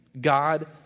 God